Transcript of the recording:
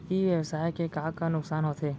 ई व्यवसाय के का का नुक़सान होथे?